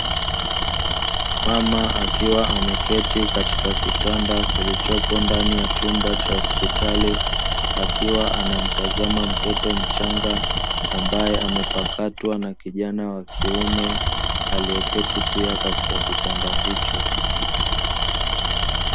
Mama akiwa ameketi katika kitanda kilichopo ndani ya chumba cha hospitali, akiwa anamtazama mtoto mchanga ambaye amepakatwa na kijana wa kiume, aliyeketi pia katika kitanda hicho.